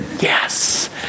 yes